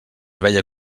veia